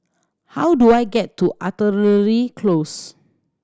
how do I get to Artillery Close